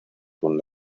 con